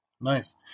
Nice